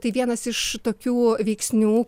tai vienas iš tokių veiksnių